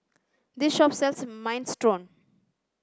this shop sells Minestrone